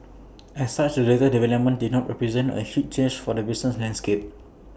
as such the latest development did not represent A huge change for the business landscape